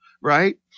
right